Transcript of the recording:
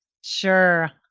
Sure